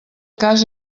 cas